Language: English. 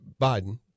Biden